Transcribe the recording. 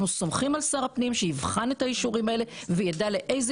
אנחנו סומכים על שר הפנים שיבחן את האישורים האלה וידע לאיזה